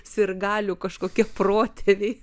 sirgalių kažkokie protėviai